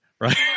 right